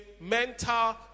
mental